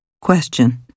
Question